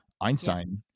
einstein